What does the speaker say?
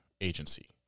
agency